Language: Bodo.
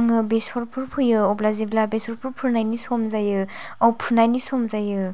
आङो बेसरफोर फोयो अब्ला जेब्ला बेसरफोर फोनायनि सम जायो औ फुनायनि सम जायो